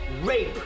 rape